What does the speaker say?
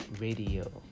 Radio